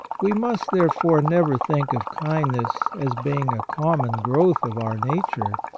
we must, therefore, never think of kindness as being a common growth of our nature,